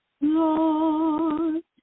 Lord